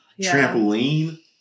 trampoline